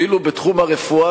ואילו בתחום הרפואה,